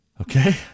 Okay